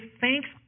thanks